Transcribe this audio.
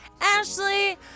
Ashley